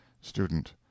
student